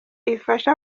ifashe